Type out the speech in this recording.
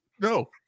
No